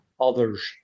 others